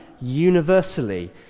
universally